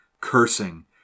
cursing